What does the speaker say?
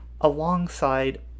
alongside